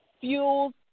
fuels